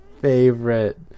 favorite